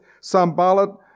Sambalat